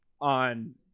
on